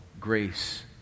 grace